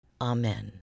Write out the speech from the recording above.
Amen